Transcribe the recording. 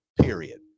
period